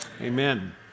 Amen